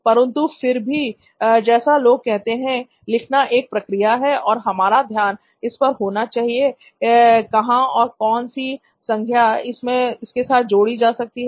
परंतु फिर भी जैसा लोग कहते हैं की लिखना एक क्रिया है और हमारा ध्यान इस पर होना चाहिए कहां और कौन सी संज्ञा इसके साथ जोड़ी जा सकती हैं